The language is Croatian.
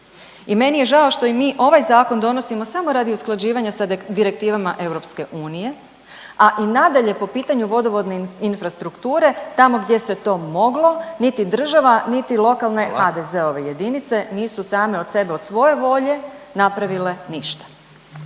I meni je žao što i mi ovaj Zakon donosimo samo radi usklađivanja sa direktivama EU, a i nadalje po pitanju vodovodne infrastrukture, tamo gdje se to moglo, niti država niti lokalne HDZ-ove .../Upadica: Hvala./... jedinice nisu same od sebe, od svoje volje napravile ništa.